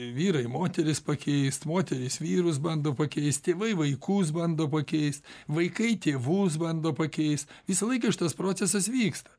vyrai moteris pakeist moterys vyrus bando pakeist tėvai vaikus bando pakeist vaikai tėvus bando pakeis visą laiką šitas procesas vyksta